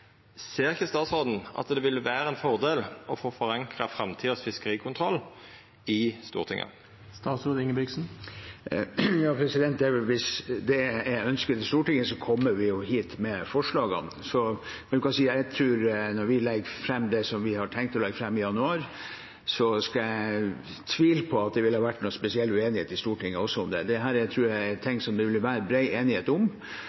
Ser ikkje statsråden at det vil vera ein fordel å få forankra den framtidige fiskerikontrollen i Stortinget? Hvis det er ønsket til Stortinget, kommer vi hit med forslagene. Men når vi legger fram det som vi har tenkt å legge fram i januar, tviler jeg på at det vil være noen spesiell uenighet i Stortinget om det. Dette tror jeg er ting som det vil være bred enighet om.